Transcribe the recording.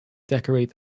decorate